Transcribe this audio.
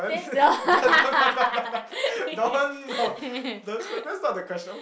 then the